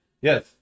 Yes